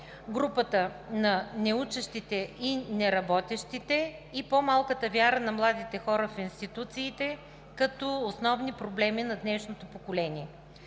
групата на неучещите и неработещите и по-малката вяра на младите хора в институциите като основни проблеми на днешното поколение.